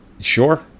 Sure